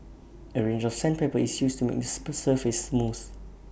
A range of sandpaper is used to make the surface smooth